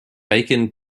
bacon